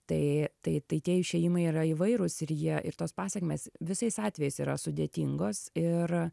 tai tai tai tie išėjimai yra įvairūs ir jie ir tos pasekmės visais atvejais yra sudėtingos ir